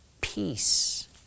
Peace